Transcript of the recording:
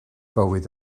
bywyd